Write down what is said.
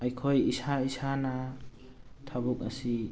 ꯑꯩꯈꯣꯏ ꯏꯁꯥ ꯏꯁꯥꯅ ꯊꯕꯛ ꯑꯁꯤ